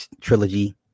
trilogy